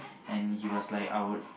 and he was like I would